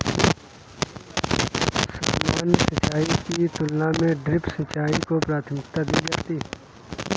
सामान्य सिंचाई की तुलना में ड्रिप सिंचाई को प्राथमिकता दी जाती है